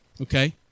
Okay